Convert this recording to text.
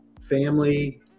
family